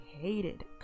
hated